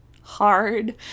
hard